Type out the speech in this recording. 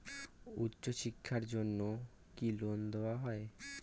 উচ্চশিক্ষার জন্য কি লোন দেওয়া হয়?